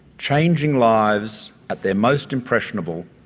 changing lives at their most impressionable,